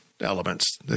elements